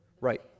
Right